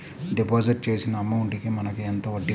Deposit చేసిన అమౌంట్ కి మనకి ఎంత వడ్డీ వస్తుంది?